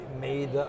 made